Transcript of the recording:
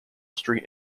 street